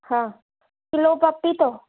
हा किलो पपीतो